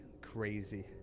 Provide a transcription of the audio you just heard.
crazy